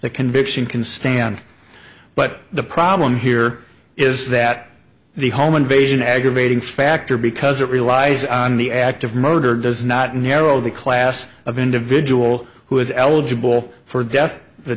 the conviction can stand but the problem here is that the home invasion aggravating factor because it relies on the act of murder does not narrow the class of individual who is eligible for death the